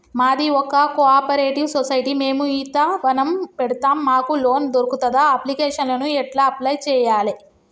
మాది ఒక cooperative society మేము ఈత వనం పెడతం మాకు లోన్ దొర్కుతదా? అప్లికేషన్లను ఎట్ల అప్లయ్ చేయాలే?